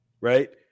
Right